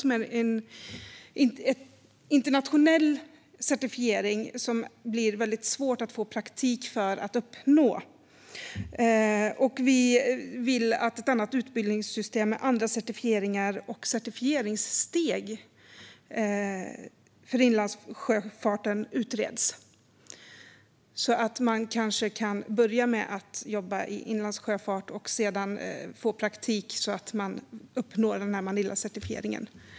Det är en internationell certifiering som det är svårt att få praktik för att uppnå. Vi vill att ett annat utbildningssystem med andra certifieringar och certifieringssteg för inlandssjöfarten utreds. Man kanske kan börja med att jobba i inlandssjöfarten och sedan få praktik för att uppnå Manilacertifieringen.